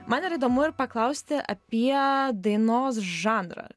man yra įdomu ir paklausti apie dainos žanrą